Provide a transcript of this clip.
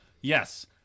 Yes